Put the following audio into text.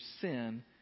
sin